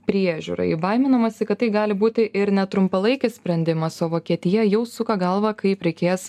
priežiūrai baiminamasi kad tai gali būti ir ne trumpalaikis sprendimas o vokietija jau suka galvą kaip reikės